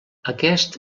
aquest